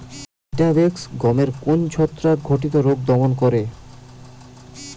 Vitavax গমের কোন ছত্রাক ঘটিত রোগ দমন করে?